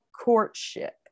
courtship